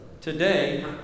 Today